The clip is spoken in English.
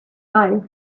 eye